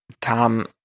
Tom